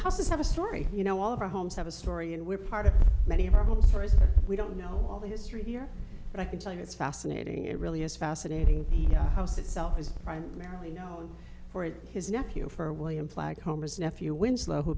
houses have a story you know all of our homes have a story and we're part of many of our hopes for it we don't know all the history here but i can tell you it's fascinating it really is fascinating house itself is primarily you know for his nephew for william flagg home his nephew winslow who